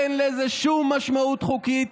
אין לזה שום משמעות חוקית.